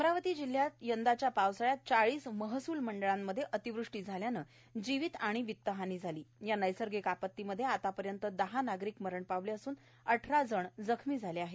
अमरावती जिल्ह्यात यंदाच्या शावसाळ्यात महसूल मंडळांमध्ये अतिवृष्टी झाल्यानं जीवित आणि वित्तहानी झाली या नैसर्गिक आप्तीमध्ये आता र्यंत नागरिक मरण शावले तर नागरिक जखमी झाले आहेत